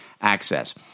access